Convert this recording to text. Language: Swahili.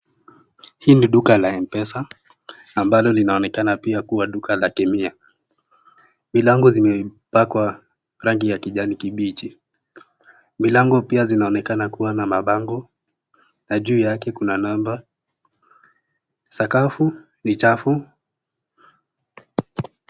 Hii ni duka la (cs)M-pesa(cs) ambalo linaonekana pia kuwa ni duka la kemia, milango zimepakwa rangi ya kijani kibichi, milango pia zinaonekana kuwa na mabango na juu yake kuna namba, sakafu ni chafu.